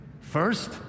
First